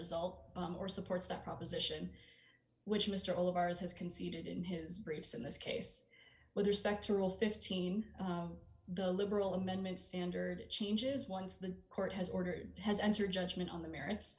result or supports that proposition which mr all of ours has conceded in his briefs in this case with respect to rule fifteen the liberal amendment standard it changes once the court has ordered has entered judgment on the merits